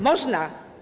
Można.